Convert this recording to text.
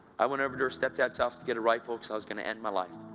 i went over to her stepdad's house to get a rifle, because i was going to end my life.